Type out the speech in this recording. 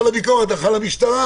כל הביקורת הלכה למשטרה